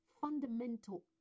fundamental